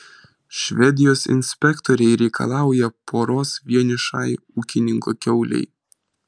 švedijos inspektoriai reikalauja poros vienišai ūkininko kiaulei